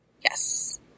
Yes